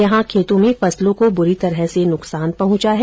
यहां खेतों में फसलों को ब्री तरह से नुकसान पहचा है